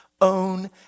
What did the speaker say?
own